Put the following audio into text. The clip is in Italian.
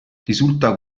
risulta